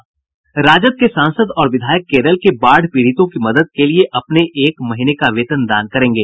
राजद के सांसद और विधायक केरल के बाढ़ पीड़ितों की मदद के लिए अपने एक महीने का वेतन दान करेंगे